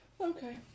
Okay